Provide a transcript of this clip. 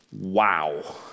Wow